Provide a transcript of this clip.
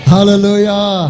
Hallelujah